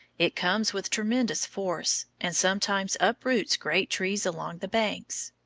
it comes with tremendous force, and sometimes uproots great trees along the banks.